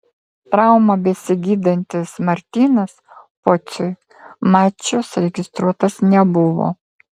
traumą besigydantis martynas pociui mačus registruotas nebuvo